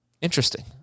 Interesting